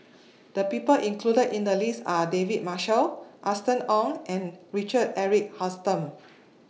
The People included in The list Are David Marshall Austen Ong and Richard Eric Holttum